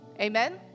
Amen